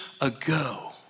ago